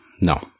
no